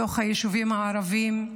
בתוך היישובים הערביים,